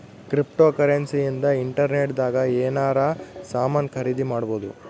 cryptocurrency ಇಂದ internet ದಾಗ ಎನಾರ ಸಾಮನ್ ಖರೀದಿ ಮಾಡ್ಬೊದು